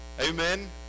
Amen